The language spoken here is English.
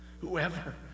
Whoever